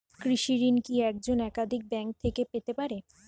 কৃষিঋণ কি একজন একাধিক ব্যাঙ্ক থেকে পেতে পারে?